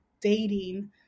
dating